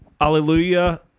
Hallelujah